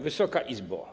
Wysoka Izbo!